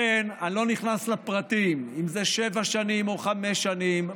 אני לא נכנס לפרטים אם זה שבע שנים או חמש שנים,